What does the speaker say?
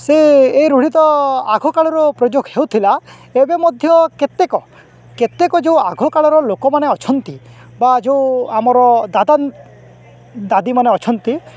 ସେ ଏ ରୂଢ଼ି ତ ଆଗକାଳରୁ ପ୍ରୟୋଗ୍ ହେଉଥିଲା ଏବେ ମଧ୍ୟ କେତେକ କେତେକ ଯୋଉ ଆଗକାଳର ଲୋକମାନେ ଅଛନ୍ତି ବା ଯୋଉ ଆମର ଦାଦା ଦାଦୀମାନେ ଅଛନ୍ତି